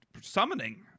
summoning